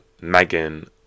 Megan